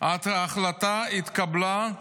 ההחלטה התקבלה.